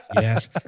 yes